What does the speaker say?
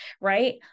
right